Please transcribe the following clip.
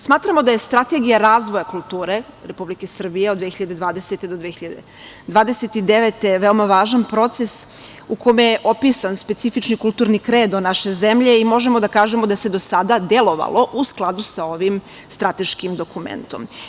Smatramo da je Strategija razvoja kulture Republike Srbije od 2020. do 2029. godine veoma važan proces u kome je opisan specifični kulturni kredo naše zemlje i možemo da kažemo da se do sada delovalo u skladu sa ovim strateškim dokumentom.